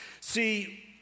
See